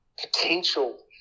potential